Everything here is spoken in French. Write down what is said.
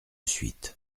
suite